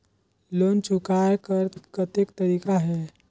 Loan चुकाय कर कतेक तरीका है?